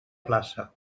plaça